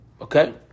Okay